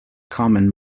common